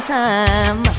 time